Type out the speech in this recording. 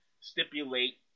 stipulate